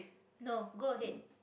no go ahead